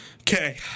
Okay